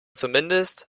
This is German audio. zumindest